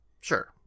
Sure